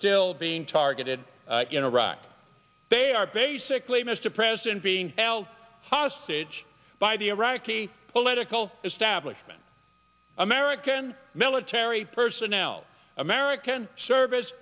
still being targeted in iraq they are basically mr president being held hostage by the iraqi political establishment american military personnel american service